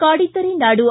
ಕಾಡಿದ್ದರೆ ನಾಡು